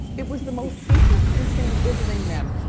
it was the most interesting thing visiting them.